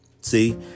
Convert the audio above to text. See